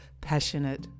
passionate